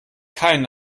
keinen